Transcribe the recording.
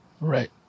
Right